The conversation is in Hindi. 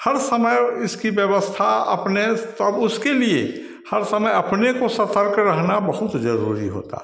हर समय इसकी व्यवस्था अपने सब उसके लिए हर समय अपने को सतर्क रहना बहुत जरूरी होता है